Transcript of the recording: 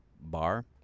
bar